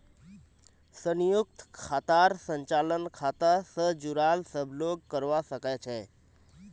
संयुक्त खातार संचालन खाता स जुराल सब लोग करवा सके छै